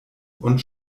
und